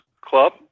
club